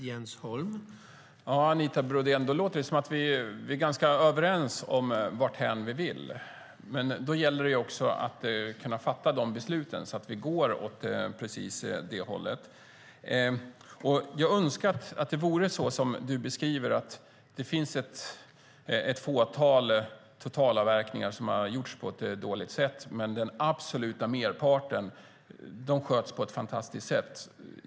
Herr talman! Då låter det som att vi är ganska överens om vad vi vill, Anita Brodén. Men då gäller det också att kunna fatta rätt beslut, så att vi går åt det hållet. Jag önskar att det vore så som du beskriver, att det är ett fåtal totalavverkningar som har gjorts på ett dåligt sätt, men att den absoluta merparten sköts på ett fantastiskt sätt.